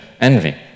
envy